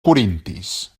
corintis